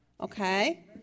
Okay